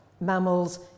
mammals